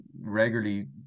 regularly